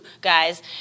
guys